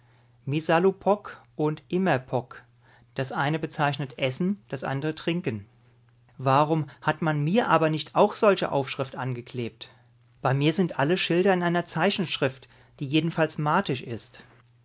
eskimosprache misalukpok und imerpok das eine bezeichnet essen und das andere trinken warum hat man mir aber nicht auch solche aufschrift angeklebt bei mir sind alle schilder in einer zeichenschrift die jedenfalls martisch ist